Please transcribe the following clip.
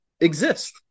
exist